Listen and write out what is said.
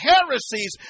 heresies